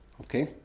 Okay